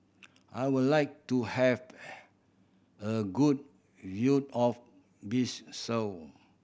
I would like to have a good view of Bissau